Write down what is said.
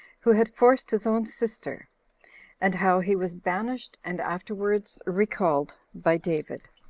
who had forced his own sister and how he was banished and afterwards recalled by david.